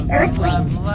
earthlings